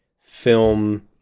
film